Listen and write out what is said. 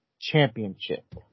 Championship